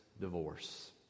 divorce